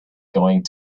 going